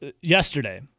yesterday